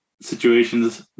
situations